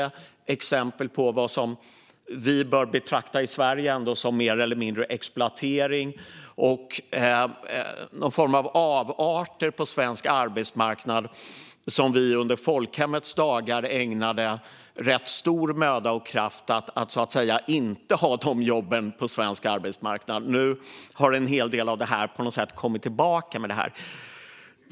Det finns exempel på sådant som vi i Sverige bör betrakta som mer eller mindre exploatering och vidare någon form av avarter av jobb som vi under folkhemmets dagar ägnade rätt stor möda och kraft åt att inte ha på svensk arbetsmarknad. Nu har en hel del av detta kommit tillbaka.